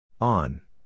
On